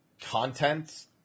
content